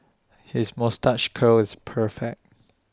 his moustache curl is perfect